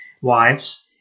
wives